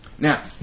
Now